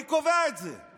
אני קובע את זה.